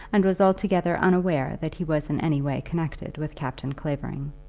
and was altogether unaware that he was in any way connected with captain clavering.